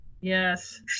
Yes